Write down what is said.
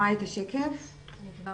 בשקף הזה נתנו את נתוני החשיפה,